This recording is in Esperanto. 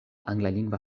anglalingva